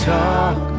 talk